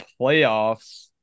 playoffs